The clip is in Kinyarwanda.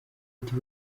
ati